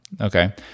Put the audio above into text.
Okay